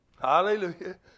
Hallelujah